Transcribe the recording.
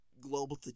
global